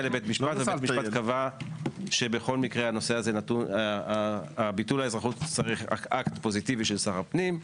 משפט קבע שבכל מקרה ביטול האזרחות צריך אקט פוזיטיבי של שר הפנים,